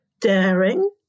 daring